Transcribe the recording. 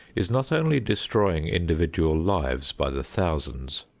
is not only destroying individual lives by the thousands,